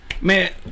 man